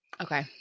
Okay